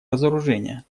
разоружения